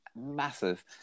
massive